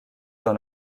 dans